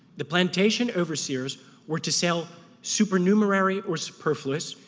the plantation overseers were to sell supernumerary or superfluous,